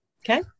Okay